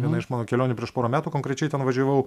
viena iš mano kelionių prieš porą metų konkrečiai ten važiavau